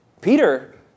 Peter